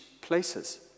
places